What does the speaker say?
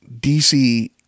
DC